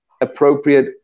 appropriate